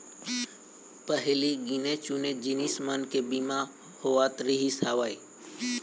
पहिली गिने चुने जिनिस मन के बीमा होवत रिहिस हवय